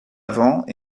avant